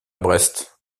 brest